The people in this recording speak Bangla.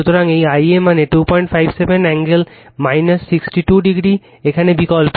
সুতরাং এই Ia মান 257 কোণ 62o এখানে বিকল্প